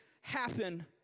happen